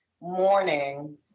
morning